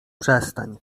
przestań